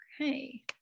Okay